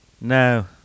No